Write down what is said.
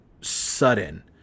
sudden